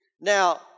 Now